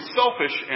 selfish